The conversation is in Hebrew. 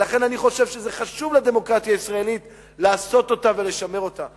ולכן אני חושב שזה חשוב לדמוקרטיה הישראלית לעשות אותה ולשמר אותה.